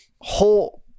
whole